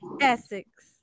Essex